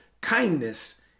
Kindness